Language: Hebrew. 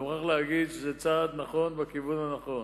ואני מוכרח להגיד שזה צעד נכון בכיוון הנכון.